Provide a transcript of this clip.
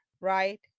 right